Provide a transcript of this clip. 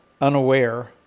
unaware